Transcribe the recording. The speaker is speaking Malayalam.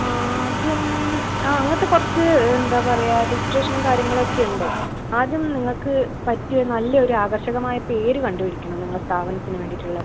ആദ്യം ആ അങ്ങനത്തെ കുറച്ച് എന്താ പറയുക രെജിസ്ട്രേഷനും കാര്യങ്ങളൊക്കെയുണ്ട് ആദ്യം നിങ്ങൾക്ക് പറ്റിയൊരു നല്ലയൊര് ആകർഷകമായ പേര് കണ്ടുപിടിക്കണം നിങ്ങളെ സ്ഥാപനത്തിന് വേണ്ടിയിട്ടുള്ളത്